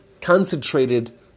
concentrated